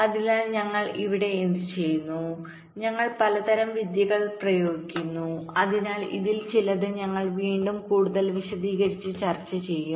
അതിനാൽ ഇവിടെ നമ്മൾ എന്തുചെയ്യുന്നു ഞങ്ങൾ പലതരം വിദ്യകൾ പ്രയോഗിക്കുന്നു അതിനാൽ ഇതിൽ ചിലത് ഞങ്ങൾ പിന്നീട് കൂടുതൽ വിശദമായി ചർച്ച ചെയ്യും